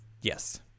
Yes